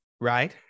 right